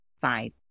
Five